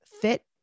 fit